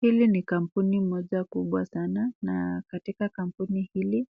Hili ni kampuni moja kubwa sana na katika kampuni hili